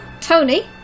Tony